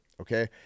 Okay